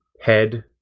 head